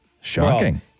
Shocking